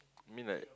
I mean like